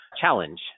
challenge